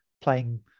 playing